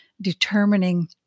determining